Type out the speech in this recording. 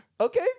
okay